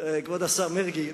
כבוד השר מרגי,